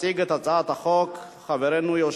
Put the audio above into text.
ותיכנס לספר החוקים.